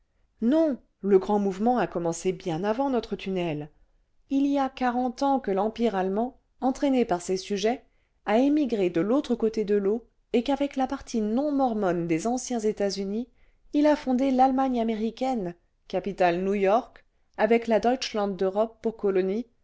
non le grand mouvement a commencé bien avant notre tunnel il y a quarante ans que l'empire allemand entraîné par ses sujets a émigré de l'autre côté de l'eau et qu'avec la partie non mormone des anciens états-unis il a fondé l'allemagne américaine capitale new-york avec la deutschland d'europe pour colonie